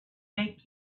make